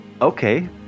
okay